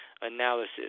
analysis